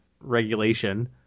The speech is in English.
regulation